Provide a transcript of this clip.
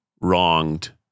wronged